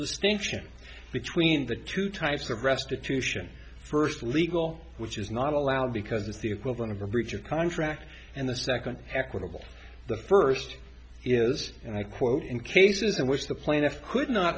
distinction between the two types of restitution first legal which is not allowed because it's the equivalent of a breach of contract and the second equitable the first is and i quote in cases in which the plaintiff could not